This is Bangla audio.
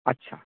আচ্ছা